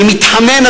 אני מתחנן,